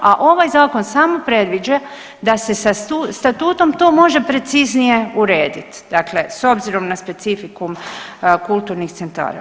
A ovaj zakon samo predviđa da se sa statutom to može preciznije uredit dakle, s obzirom na specifikum kulturnih centara.